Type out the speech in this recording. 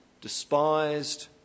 despised